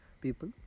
people